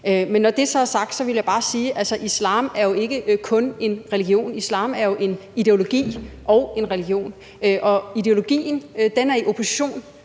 Men når det så er sagt, vil jeg bare sige, at islam jo ikke kun er en religion. Islam er jo en ideologi og en religion, og ideologien er i opposition